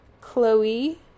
Chloe